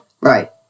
right